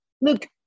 look